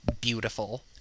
beautiful